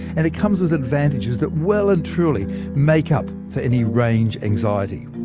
and it comes with advantages that well and truly make up for any range anxiety.